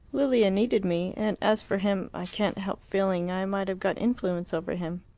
lilia needed me. and as for him i can't help feeling i might have got influence over him.